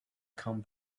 come